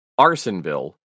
Arsonville